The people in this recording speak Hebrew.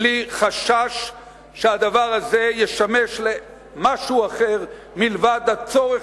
בלי חשש שהדבר הזה ישמש למשהו אחר מלבד הצורך